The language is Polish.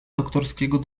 doktorskiego